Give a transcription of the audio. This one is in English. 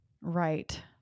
Right